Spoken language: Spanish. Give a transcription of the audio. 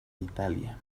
italia